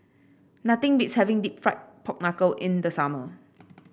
nothing beats having deep fried Pork Knuckle in the summer